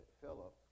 Philip